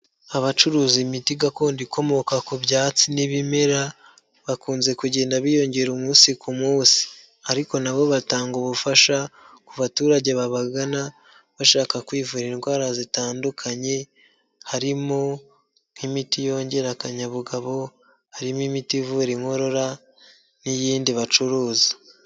Abacuruza imiti gakondo ikomoka ku byatsi n'ibimera, bakunze kugenda biyongera umunsi ku munsi. Ariko na bo batanga ubufasha ku baturage babagana bashaka kwivura indwara zitandukanye harimo nk'imiti yongera akanyabugabo, harimo imiti ivura inkorora n'iyindi bacuruza.